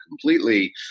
completely